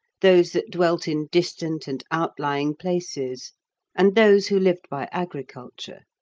those that dwelt in distant and outlying places and those who lived by agriculture.